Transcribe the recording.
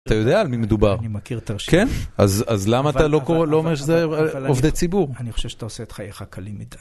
אתה יודע על מי מדובר. אני מכיר את הרשימה. כן? אז למה אתה לא משדר עובדי ציבור? אני חושב שאתה עושה את חייך קלים מדי.